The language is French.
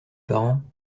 parents